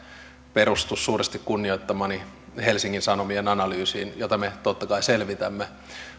perustu suuresti kunnioittamani helsingin sanomien analyysiin jota me totta kai selvitämme